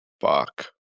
Fuck